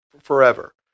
forever